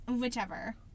Whichever